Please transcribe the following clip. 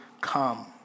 come